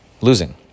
losing